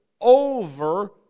over